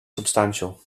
substantial